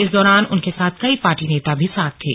इस दौरान उनके साथ कई पार्टी नेता भी साथ थे